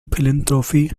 philanthropy